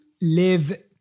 live